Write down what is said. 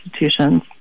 institutions